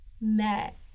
met